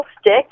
stick